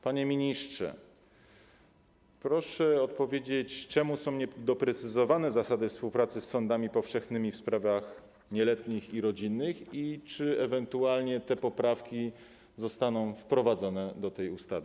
Panie ministrze, proszę odpowiedzieć, dlaczego nie są doprecyzowane zasady współpracy z sądami powszechnymi w sprawach nieletnich i rodzinnych i czy ewentualnie te poprawki zostaną wprowadzone do tego projektu ustawy.